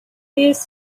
piece